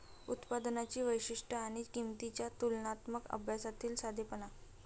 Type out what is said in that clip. उत्पादनांची वैशिष्ट्ये आणि किंमतींच्या तुलनात्मक अभ्यासातील साधेपणा